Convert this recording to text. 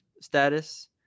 status